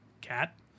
Cat